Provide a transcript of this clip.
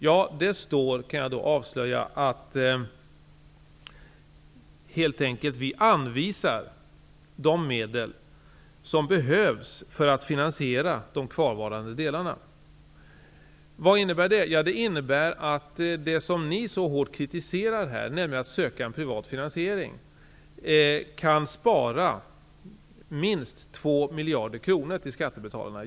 Jag kan avslöja att vi där helt enkelt anvisar de medel som behövs för att finansiera de kvarvarande delarna. Vad innebär det? Jo, att det som ni så hårt kritiserar här, att vi söker en privat finansiering, kan spara in minst 2 miljarder kronor för skattebetalarna.